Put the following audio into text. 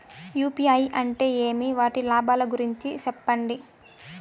UPI అంటే ఏమి? వాటి లాభాల గురించి సెప్పండి?